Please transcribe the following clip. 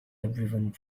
everyone